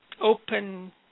open